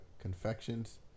confections